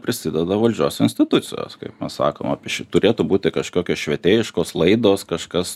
prisideda valdžios institucijos kaip sakoma turėtų būti kažkokios švietėjiškos laidos kažkas